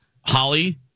Holly